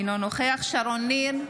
אינו נוכח שרון ניר,